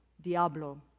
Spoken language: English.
Diablo